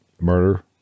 Murder